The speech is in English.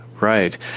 right